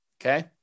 Okay